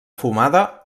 fumada